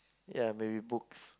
ya maybe books